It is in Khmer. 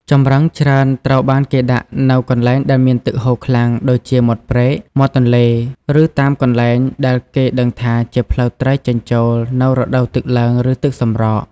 ចម្រឹងច្រើនត្រូវបានគេដាក់នៅកន្លែងដែលមានទឹកហូរខ្លាំងដូចជាមាត់ព្រែក មាត់ទន្លេ ឬតាមកន្លែងដែលគេដឹងថាជាផ្លូវត្រីចេញចូលនៅរដូវទឹកឡើងឬទឹកសម្រក។